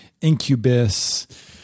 incubus